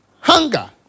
hunger